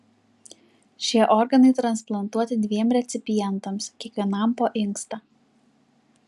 šie organai transplantuoti dviem recipientams kiekvienam po inkstą